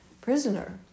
prisoner